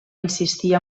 insistir